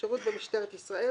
שירות במשטרת ישראל,